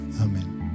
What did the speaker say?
amen